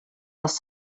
les